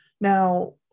Now